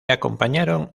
acompañaron